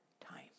time